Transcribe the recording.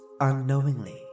unknowingly